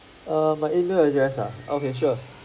err my email address ah okay sure